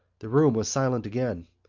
the room was silent again.